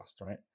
right